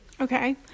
Okay